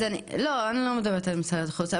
לא, אני לא מדברת על משרד החוץ.